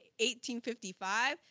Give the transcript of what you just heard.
1855